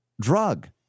drug